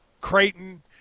Creighton